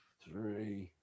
three